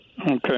Okay